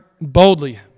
boldly